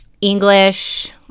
English